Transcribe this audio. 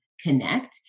connect